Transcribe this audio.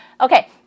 Okay